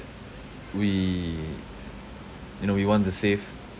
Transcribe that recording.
we you know we want to save